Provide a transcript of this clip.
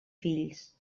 fills